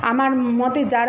আমার মতে যারা